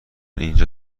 اینجا